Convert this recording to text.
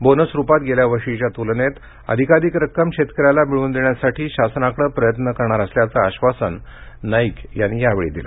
bonus रूपात गेल्या वर्षीच्या तुलनेत जास्तीत जास्त रक्कम शेतकऱ्याला मिळवून देण्यासाठी शासनाकडे प्रयत्न करणार असल्याचं आश्वासन नाईक यांनी यावेळी दिले